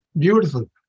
Beautiful